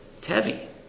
Tevi